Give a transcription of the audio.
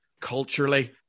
culturally